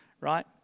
Right